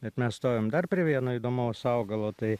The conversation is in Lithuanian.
bet mes stojam dar prie vieno įdomaus augalo tai